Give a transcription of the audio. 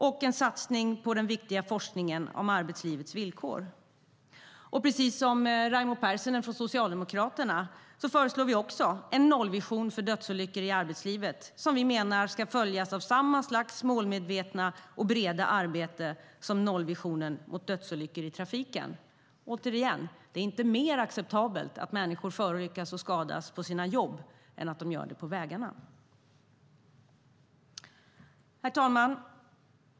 Vi vill också satsa på den viktiga forskningen om arbetslivets villkor. Precis som Raimo Pärssinen från Socialdemokraterna föreslår vi en nollvision för dödsolyckor i arbetslivet. Den ska följas av samma slags målmedvetna och breda arbete som nollvisionen mot dödsolyckor i trafiken. Återigen: Det är inte mer acceptabelt att människor skadas och förolyckas på jobbet än på vägarna. Herr talman!